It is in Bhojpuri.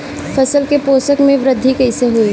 फसल के पोषक में वृद्धि कइसे होई?